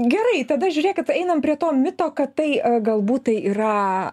gerai tada žiūrėkit einam prie to mito kad tai galbūt tai yra